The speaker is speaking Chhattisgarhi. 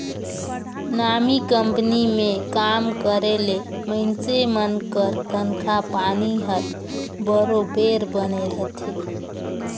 नामी कंपनी में काम करे ले मइनसे मन कर तनखा पानी हर बरोबेर बने रहथे